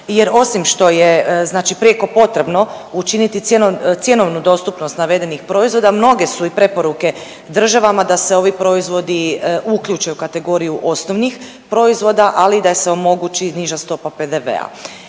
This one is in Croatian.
jer osim što je znači prijeko potrebno učiniti cjenovnu dostupnost navedenih proizvoda mnoge su i preporuke državama da se ovi proizvodi uključe u kategoriju osnovnih proizvoda, ali i da se omogući niža stopa PDV-a.